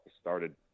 started